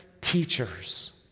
teachers